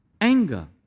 anger